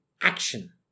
action